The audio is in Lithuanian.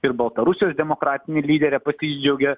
ir baltarusijos demokratinė lyderė pasidžiaugė